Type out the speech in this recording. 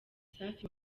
safi